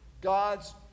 God's